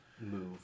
move